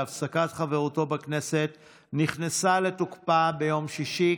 שהפסקת חברותו בכנסת נכנסה לתוקפה ביום שישי,